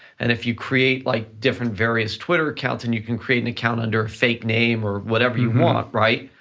and if you create like different various twitter accounts, and you can create an account under a fake name, or whatever you want, right,